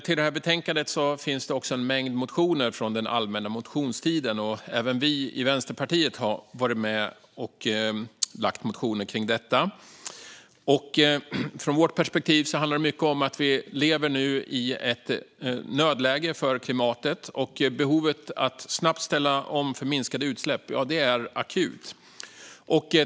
Till betänkandet finns en mängd motioner från den allmänna motionstiden. Även vi i Vänsterpartiet har varit med och väckt motioner i ärendet. Från vårt perspektiv handlar det om att vi nu lever i ett nödläge för klimatet. Behovet att snabbt ställa om för minskade utsläpp är akut.